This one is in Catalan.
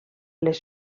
les